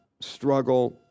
struggle